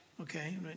Okay